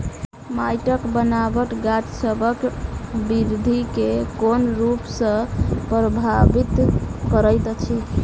माइटक बनाबट गाछसबक बिरधि केँ कोन रूप सँ परभाबित करइत अछि?